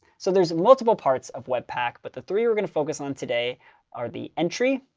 so there's multiple parts of webpack. but the three we're going to focus on today are the entry,